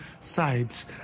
sides